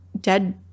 dead